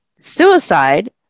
suicide